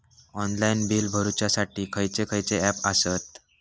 Online bill भरुच्यासाठी खयचे खयचे ऍप आसत?